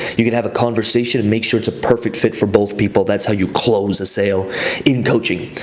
you can have a conversation and make sure it's a perfect fit for both people. that's how you close a sale in coaching.